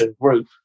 Group